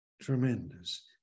Tremendous